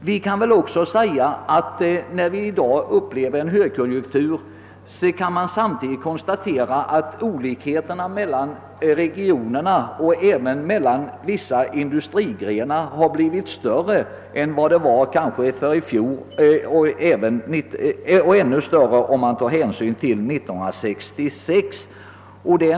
Vi upplever i dag en högkonjunktur, men olikheterna mellan regionerna, och även mellan vissa industrigrenar, har nog blivit större än i fjol och ännu större jämfört med 1966.